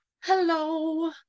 hello